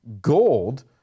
gold